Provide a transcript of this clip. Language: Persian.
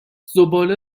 زباله